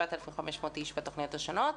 7,500 איש בתוכניות השונות.